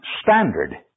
standard